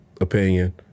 opinion